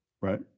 Right